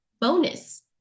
bonus